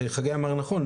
חגי אמר נכון,